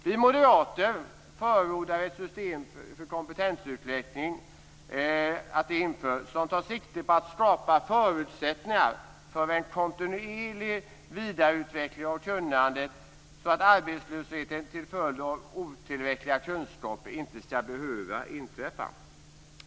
Vi moderater förordar att ett system för kompetensutveckling införs som tar sikte på att skapa förutsättningar för en kontinuerlig vidareutveckling av kunnande så att arbetslöshet till följd av otillräckliga kunskaper inte skall behöva inträffa.